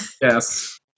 Yes